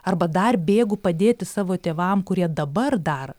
arba dar bėgu padėti savo tėvam kurie dabar dar